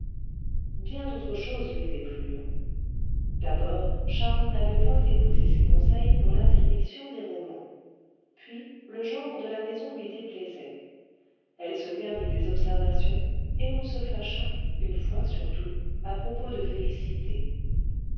bien d'autres choses lui déplurent d'abord charles n'avait point écouté ses conseils pour l'interdiction des romans puis le genre de la maison lui déplaisait elle se permit des observations et l'on se fâcha une fois surtout à propos de félicité